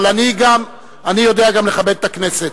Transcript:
אבל אני יודע גם לכבד את הכנסת,